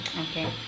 okay